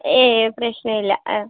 ഏയ് പ്രശ്നമില്ല അ